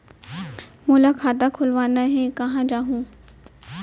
मोला खाता खोलवाना हे, कहाँ जाहूँ?